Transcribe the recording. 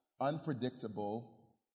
unpredictable